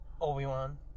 Obi-Wan